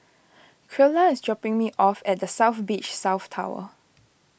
Creola is dropping me off at the South Beach South Tower